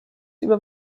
über